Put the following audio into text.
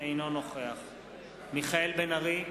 אינו נוכח מיכאל בן-ארי,